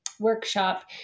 workshop